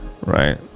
Right